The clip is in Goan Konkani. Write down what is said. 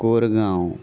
कोरगांव